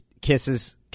kisses